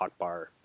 hotbar